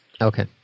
Okay